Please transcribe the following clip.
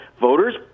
voters